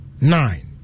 nine